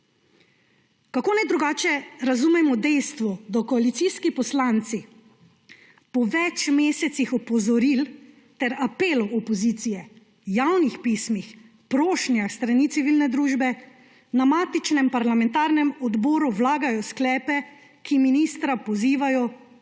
Kako naj drugače razumemo dejstvo, da koalicijski poslanci po več mesecih opozoril ter apelov opozicije, javnih pismih, prošnjah s strani civilne družbe na matičnem parlamentarnem odboru vlagajo sklepe, ki ministra pozivajo –